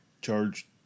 charged